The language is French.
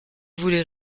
voulais